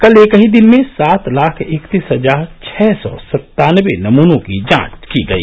कल एक ही दिन में सात लाख इकतीस हजार छह सौ सत्तावनबे नमूनों की जांच की गई